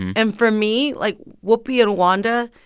and for me, like, whoopi and wanda,